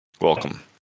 Welcome